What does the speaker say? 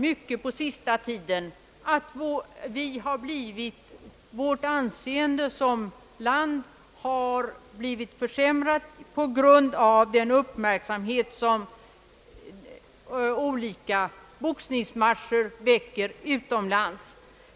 Men på senaste tiden har det talats mycket om att vårt lands anseende blivit försämrat på grund av den uppmärk samhet som olika boxningsmatcher väcker utomlands.